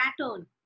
pattern